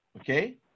okay